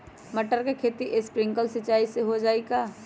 मटर के खेती स्प्रिंकलर सिंचाई से हो जाई का?